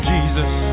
Jesus